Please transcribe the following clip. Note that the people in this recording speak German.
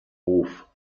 hof